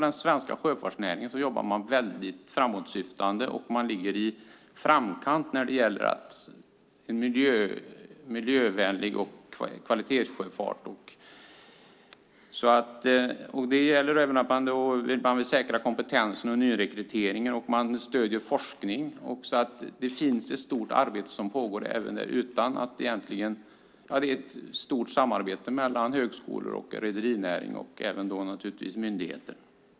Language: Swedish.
Den svenska sjöfartsnäringen jobbar väldigt framåtsyftande och ligger i framkant när det gäller miljövänlig sjöfart och kvalitetssjöfart. Man vill säkra kompetensen och nyrekryteringen. Dessutom stöder man forskningen. Ett omfattande arbete pågår i ett stort samarbete mellan högskolor, rederinäring och, naturligtvis, myndigheter.